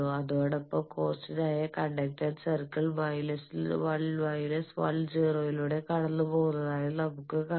അതോടൊപ്പം കോൺസ്റ്റന്റായ conductance circle minus 10 ലൂടെ കടന്നുപോകുന്നതായും നമുക്ക് കാണാം